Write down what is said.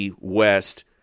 West